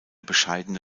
bescheidene